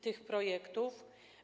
tych projektów?